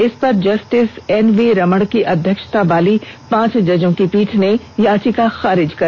इसे पर justice NV Raman की अध्यक्षता वाली पांच जजों की पीठ ने याचिका खारिज की